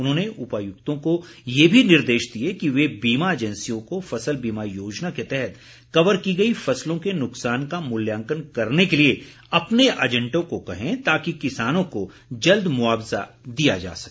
उन्होंने उपायुक्तों को ये भी निर्देश दिए कि वे बीमा एजैन्सियों को फसल बीमा योजना के तहत कवर की गई फसलों के नुकसान का मूल्यांकन करने के लिए अपने एजैंटों को कहें ताकि किसानों को जल्द मुआवजा दिया जा सके